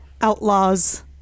outlaws